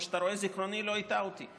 כמו שאתה רואה, זיכרוני לא הטעה אותי.